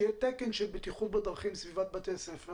צריך להיות תקן של בטיחות בדרכים בסביבת בתי הספר